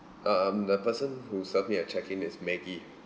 um the person who served me at check in is maggie